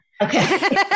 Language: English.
Okay